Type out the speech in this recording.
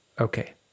Okay